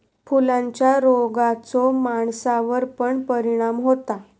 फुलांच्या रोगाचो माणसावर पण परिणाम होता